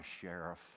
sheriff